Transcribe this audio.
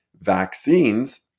vaccines